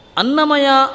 Annamaya